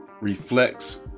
Reflects